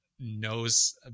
Knows